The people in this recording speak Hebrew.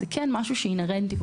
זה משהו אינהרנטי.